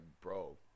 bro